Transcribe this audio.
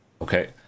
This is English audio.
Okay